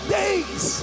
days